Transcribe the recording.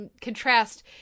contrast